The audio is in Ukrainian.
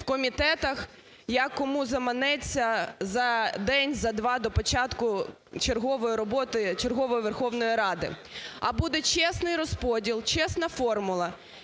у комітетах, як кому заманеться за день, за два до початку чергової роботи чергової Верховної Ради. А буде чесний розподіл, чесна формула,